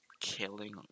killing